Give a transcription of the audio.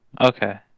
Okay